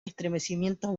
estremecimientos